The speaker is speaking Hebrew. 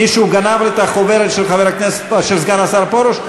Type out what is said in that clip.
מישהו גנב את החוברת של סגן השר פרוש?